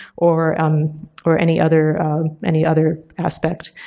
or um or any other any other aspect.